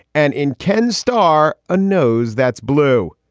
and in ken starr, a nose that's blue.